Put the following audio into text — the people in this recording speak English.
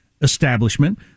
establishment